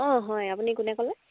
অঁ হয় আপুনি কোনে ক'লে